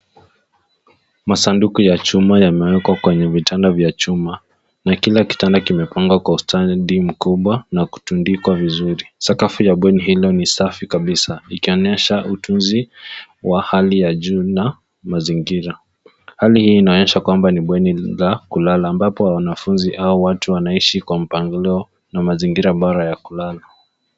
Masanduku ya chuma yamewekwa kwenye vitanda vya chuma, na kila kitanda kimepangwa kwa ustadi mkubwa na kutundikwa vizuri. Sakafu ya bweni hilo ni safi kabisa, ikionyesha utunzi wa hali ya juu na mazingira. Hali hii inaonyesha kwamba ni bweni la kulala ambapo wanafunzi au watu wanaishi kwa mpangilio na mazingira bora ya kulala.